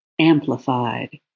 amplified